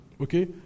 Okay